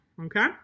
okay